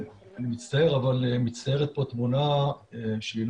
אני מצטער אני מצטיירת פה תמונה שהיא